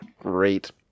Great